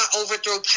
overthrow